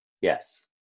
Yes